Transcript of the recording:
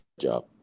job